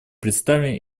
представлен